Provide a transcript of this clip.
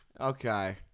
Okay